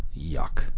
yuck